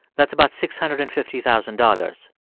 that's about six hundred and fifty thousand dollars.